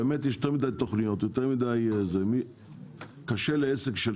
יש יותר מדיי תוכניות וקשה לעסק עם